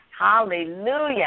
Hallelujah